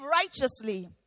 righteously